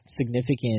significant